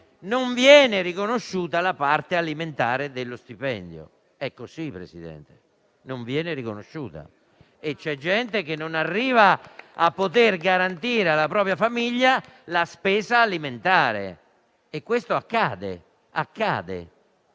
non viene riconosciuta la parte alimentare dello stipendio. È così, Presidente, non viene riconosciuta. C'è gente che non arriva a poter garantire alla propria famiglia la spesa alimentare. Mi sembra di vedere